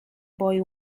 boy